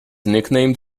nicknamed